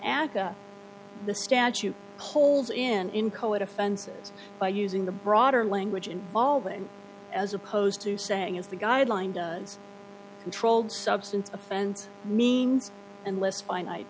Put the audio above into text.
that the statute holds in in code offensive by using the broader language involving as opposed to saying is the guideline does controlled substance offense means and less finite